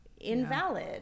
invalid